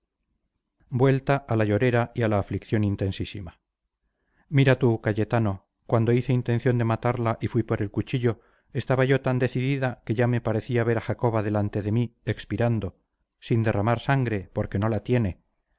vuelta a la llorera y a la aflicción intensísima mira tú cayetano cuando hice intención de matarla y fui por el cuchillo estaba yo tan decidida que ya me parecía ver a jacoba delante de mí expirando sin derramar sangre porque no la tiene